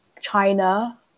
china